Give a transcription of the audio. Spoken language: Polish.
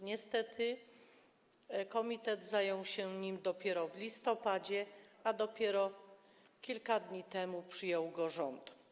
Niestety komitet zajął się nim dopiero w listopadzie, a dopiero kilka dni temu przyjął go rząd.